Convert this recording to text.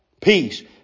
peace